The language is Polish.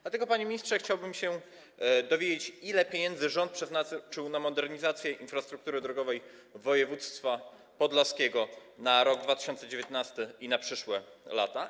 Dlatego, panie ministrze, chciałbym się dowiedzieć, ile pieniędzy rząd przeznaczył na modernizację infrastruktury drogowej województwa podlaskiego na rok 2019 i na przyszłe lata.